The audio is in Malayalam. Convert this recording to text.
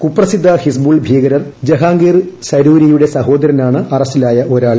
കുപ്രസിദ്ധ ഹിസ്ബുൾ ഭീകരൻ ജഹാംഗീർ സരൂരിയുടെ സഹോദരനാണ് അറസ്റ്റിലായ ഒരാൾ